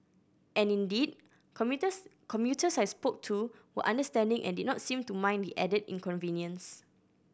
and indeed commuters I spoke to were understanding and did not seem to mind the added inconvenience